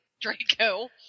Draco